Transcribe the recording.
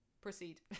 proceed